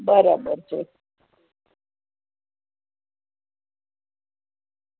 બરાબર છે